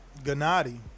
Gennady